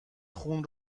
خون